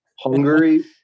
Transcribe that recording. Hungary